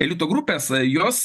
elito grupės jos